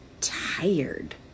tired